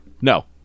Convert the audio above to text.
no